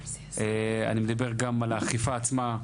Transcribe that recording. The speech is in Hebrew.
אני מדבר גם על האכיפה עצמה,